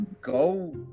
go